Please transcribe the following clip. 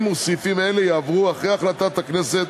פרקים וסעיפים אלה יעברו, אחרי החלטת הכנסת,